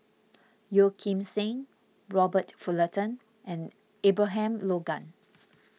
Yeo Kim Seng Robert Fullerton and Abraham Logan